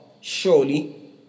Surely